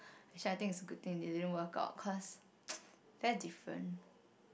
which I think is a good thing they didn't work out cause very different